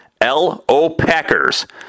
LOPACKERS